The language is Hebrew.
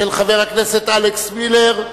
של חבר הכנסת אלכס מילר,